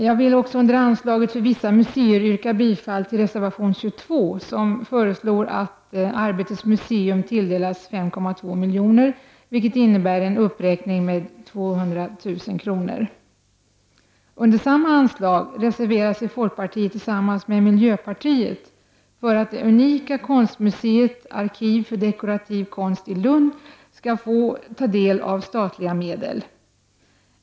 Jag vill också under anslaget Bidrag till vissa museer yrka bifall till reservation 22, där det föreslås att Arbetets museum skall tilldelas 5,2 milj.kr., vilket innebär en uppräkning med 200 000 kr. Under samma anslag reserverar sig folkpartiet tillsammans med miljöpartiet för att det unika konstmuseet Arkiv för dekorativ konst i Lund skall få del av statliga medel.